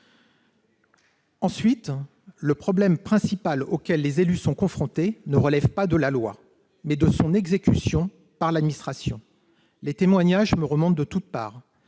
ailleurs, le problème principal auquel les élus sont confrontés relève non pas de la loi, mais de son exécution par l'administration. Des témoignages qui me remontent de toutes parts